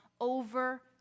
over